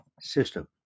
system